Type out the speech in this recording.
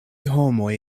homoj